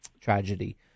tragedy